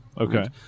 Okay